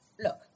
look